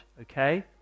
Okay